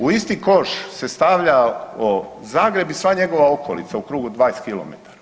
U isti koš se stavljao Zagreb i sva njega okolica u krugu od 20 km.